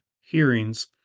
hearings